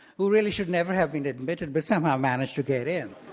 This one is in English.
who really should never have been admitted but somehow managed to get in.